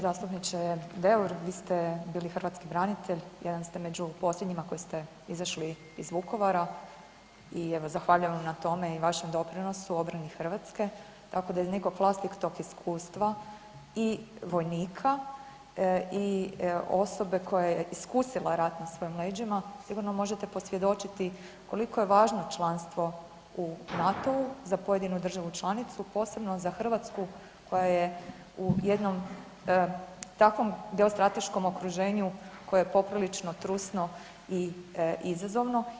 Zastupniče Deur, vi ste bili hrvatski branitelj, jedan ste među posljednjima koji ste izašli iz Vukovara i evo zahvaljujem vam na tome i vašem doprinosu obrani Hrvatske, tako da iz nekog vlastitog iskustva i vojnika i osobe koja je iskusila rat na svojim leđima sigurno možete posvjedočiti koliko je važno članstvo u NATO-u za pojedinu državu članicu, posebno za Hrvatsku koja je u jednom takvom geostrateškom okruženju koje je poprilično trusno i izazovno.